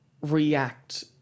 react